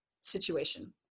situation